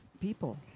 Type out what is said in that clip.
people